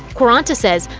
quaranta says,